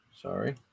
Sorry